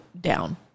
down